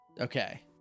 Okay